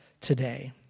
today